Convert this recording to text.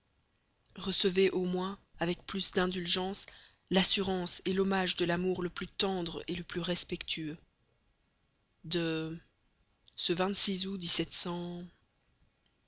recevez au moins avec plus d'indulgence l'assurance l'hommage de l'amour le plus tendre le plus respectueux de ce août